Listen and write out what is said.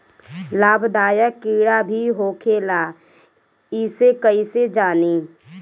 लाभदायक कीड़ा भी होखेला इसे कईसे जानी?